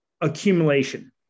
accumulation